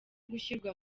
gushyirwa